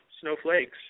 snowflakes